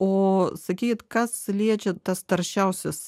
o sakykit kas liečia tas taršiausias